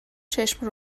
چشم